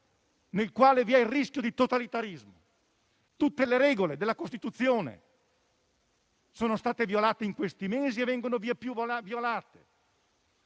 nel quale vi è il rischio di totalitarismo. Tutte le regole della Costituzione sono state violate negli ultimi mesi e vengono vieppiù violate.